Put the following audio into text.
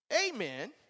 Amen